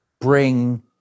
bring